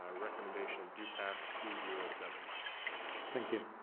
ah recommendation do pass to zero seven thank you,